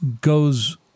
goes